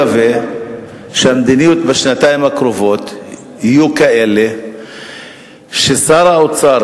ואני מאוד מקווה שהמדיניות בשנתיים הקרובות תהיה כזאת ששר האוצר